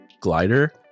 Glider